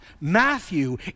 Matthew